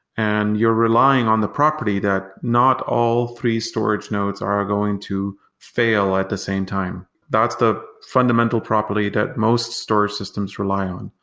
and you're relying on the property that not all three storage nodes are going to fail at the same time. that's the fundamental property that most storage systems rely on.